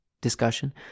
discussion